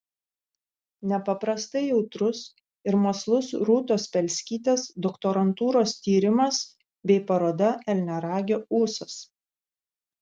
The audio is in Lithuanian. nepaprastai jautrus ir mąslus rūtos spelskytės doktorantūros tyrimas bei paroda elniaragio ūsas